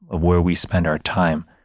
ah where we spend our time,